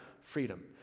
freedom